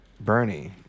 Bernie